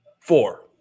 four